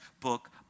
book